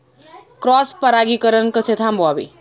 Cross परागीकरण कसे थांबवावे?